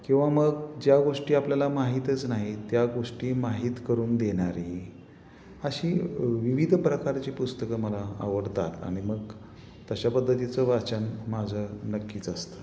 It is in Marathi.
किंवा मग ज्या गोष्टी आपल्याला माहीतच नाहीत त्या गोष्टी माहीत करून देणारी अशी विविध प्रकारची पुस्तकं मला आवडतात आणि मग तशा पद्धतीचं वाचन माझं नक्कीच असतं